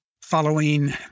following